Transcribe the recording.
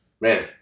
man